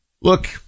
look